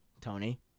Tony